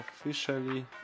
officially